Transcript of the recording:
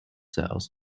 cells